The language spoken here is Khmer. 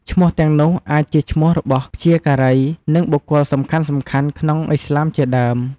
ឈ្មោះទាំងនោះអាចជាឈ្មោះរបស់ព្យាការី និងបុគ្គលសំខាន់ៗក្នុងឥស្លាមជាដើម។